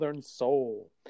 Soul